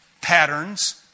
patterns